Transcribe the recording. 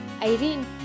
Irene